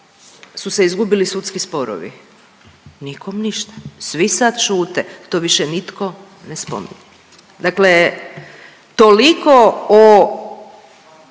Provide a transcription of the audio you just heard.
su se izgubili sudski sporovi. Nikom ništa, svi sad šute, to više nitko ne spominje. Dakle, toliko o